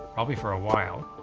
probably for a while.